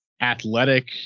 athletic